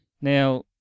Now